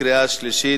וקריאה שלישית.